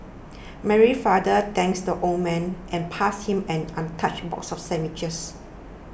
Mary's father thanks the old man and passed him an untouched box of sandwiches